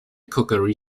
cookery